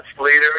leaders